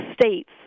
states